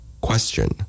Question